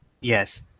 Yes